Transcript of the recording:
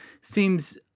seems